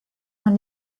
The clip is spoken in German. man